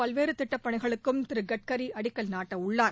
பல்வேறு திட்டப் பணிகளுக்கும் திரு கட்கரி அடக்கல் நாட்டவுள்ளார்